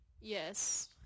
Yes